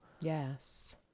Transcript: Yes